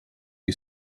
you